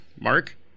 Mark